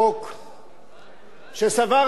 שסברתי, אדוני היושב-ראש,